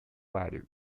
value